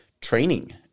training